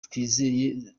twizeye